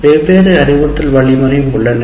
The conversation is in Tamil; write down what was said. வெவ்வேறு அறிவுறுத்தல் வழிமுறை உள்ளன